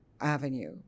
avenue